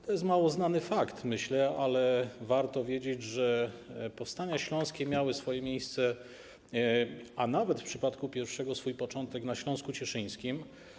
To jest mało znany fakt, ale myślę, że warto wiedzieć, że powstania śląskie miały swoje miejsce, a nawet w przypadku pierwszego swój początek, na Śląsku Cieszyńskim.